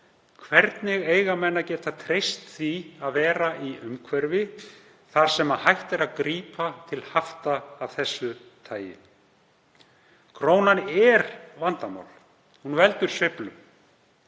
Hvernig eiga menn að geta treyst því að vera í umhverfi þar sem hægt er að grípa til hafta af þessu tagi? Krónan er vandamál, hún veldur sveiflum,